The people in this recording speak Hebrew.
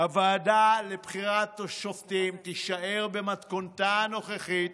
הוועדה לבחירת שופטים תישאר במתכונתה הנוכחית.